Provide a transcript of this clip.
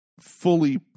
Fully